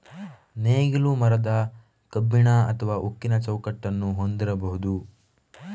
ನೇಗಿಲು ಮರದ, ಕಬ್ಬಿಣ ಅಥವಾ ಉಕ್ಕಿನ ಚೌಕಟ್ಟನ್ನು ಹೊಂದಿರಬಹುದು